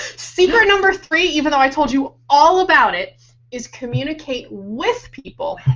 secret number three, even though i told you all about it is, communicate with people,